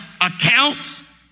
accounts